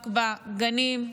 רק בגנים,